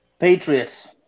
Patriots